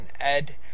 Ed